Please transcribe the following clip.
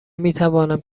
میتوانم